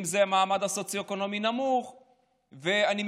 אם זה מעמד סוציו-אקונומי נמוך,